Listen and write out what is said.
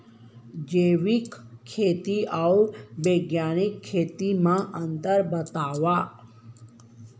जैविक खेती अऊ बैग्यानिक खेती म अंतर बतावा?